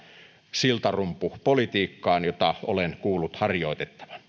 siltarumpupolitiikkaan jota olen kuullut harjoitettavan